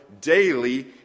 daily